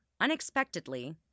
Unexpectedly